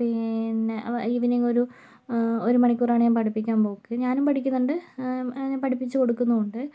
പിന്നെ ഇവനിങ്ങൊരു ഒരു മണിക്കൂറാണ് ഞാൻ പഠിപ്പിക്കാൻ പോക്ക് ഞാനും പഠിക്കുന്നുണ്ട് ഞാൻ പഠിപ്പിച്ച് കൊടുക്കുന്നും ഉണ്ട്